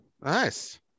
Nice